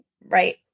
right